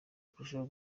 kurushaho